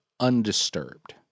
undisturbed